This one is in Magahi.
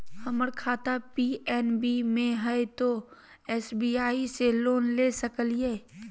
हमर खाता पी.एन.बी मे हय, तो एस.बी.आई से लोन ले सकलिए?